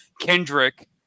Kendrick